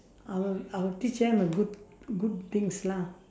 I will I will teach them a good good things lah